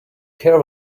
care